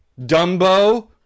Dumbo